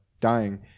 dying